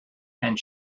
and